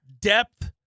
Depth